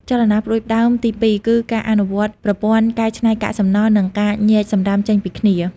ចលនាផ្តួចផ្តើមទីពីរគឺការអនុវត្តប្រព័ន្ធកែច្នៃកាកសំណល់ និងការញែកសំរាមចេញពីគ្នា។